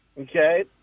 okay